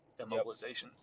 immobilization